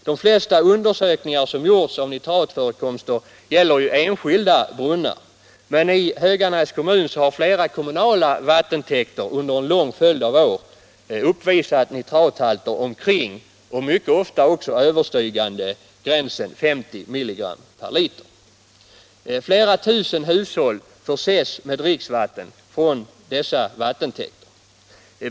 De flesta undersökningar som gjorts av nitratförekomster gäller ju enskilda brunnar, men i Höganäs kommun har flera kommunala vattentäkter under en lång följd av år uppvisat nitrathalter omkring och mycket ofta överstigande gränsen 50 mg per liter. Flera tusen hushåll förses med dricksvatten från dessa vattentäkter.